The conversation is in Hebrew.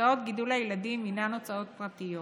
הוצאות גידול הילדים הן הוצאות פרטיות